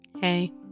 Hey